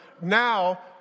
now